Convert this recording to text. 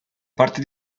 parte